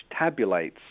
tabulates